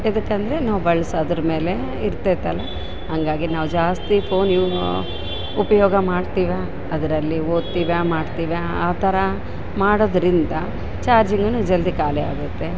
ಎದಕ್ಕಂದರೆ ನಾವು ಬಳ್ಸಾದ್ರ ಮೇಲೆ ಇರ್ತಾಯಿತ್ತಲ್ಲ ಹಂಗಾಗಿ ನಾವು ಜಾಸ್ತಿ ಫೋನ್ ಯೂಸ್ ಉಪಯೋಗ ಮಾಡ್ತಿವ ಅದರಲ್ಲಿ ಓದ್ತಿವ ಮಾಡ್ತಿವ ಆ ಥರ ಮಾಡೋದರಿಂದ ಚಾರ್ಜಿಂಗೂನು ಜಲ್ದಿ ಕಾಲಿಯಾಗುತ್ತೆ